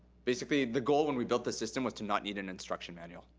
basically, the goal when we built this system was to not need an instruction manual.